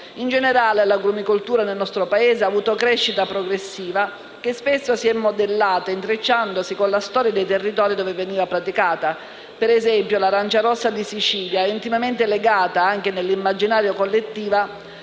In generale, l'agrumicoltura, nel nostro Paese, ha avuto crescita progressiva che spesso si è modellata intrecciandosi con la storia dei territori dove veniva praticata: l'arancia rossa di Sicilia è intimamente legata, anche nell'immaginario collettivo,